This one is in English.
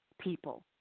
people